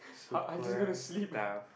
!huh! are you just going to sleep